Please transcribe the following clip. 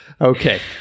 Okay